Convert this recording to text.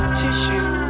tissue